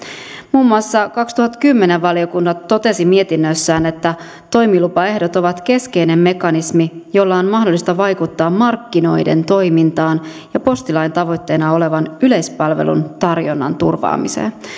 muun muassa vuonna kaksituhattakymmenen valiokunta totesi mietinnössään että toimilupaehdot ovat keskeinen mekanismi jolla on mahdollista vaikuttaa markkinoiden toimintaan ja postilain tavoitteena olevan yleispalvelun tarjonnan turvaamiseen